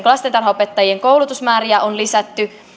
lastentarhanopettajien koulutusmääriä on lisätty